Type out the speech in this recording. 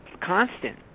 constant